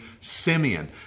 Simeon